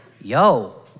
yo